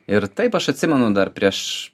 ir taip aš atsimenu dar prieš